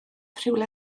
rhywle